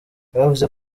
bavuze